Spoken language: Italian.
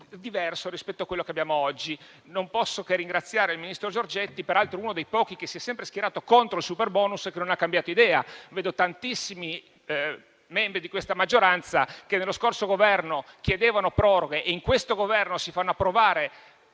diverso rispetto a quello che abbiamo oggi. Non posso che ringraziare il ministro Giorgetti, peraltro uno dei pochi che si è sempre schierato contro il superbonus e che non ha cambiato idea. Vedo tantissimi membri di questa maggioranza, che nello scorso Governo chiedevano proroghe, che in questo Governo si fanno approvare